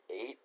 eight